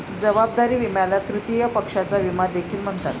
जबाबदारी विम्याला तृतीय पक्षाचा विमा देखील म्हणतात